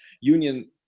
Union